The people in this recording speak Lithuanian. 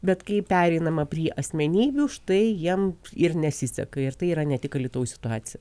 bet kai pereinama prie asmenybių štai jiem ir nesiseka ir tai yra ne tik alytaus situacija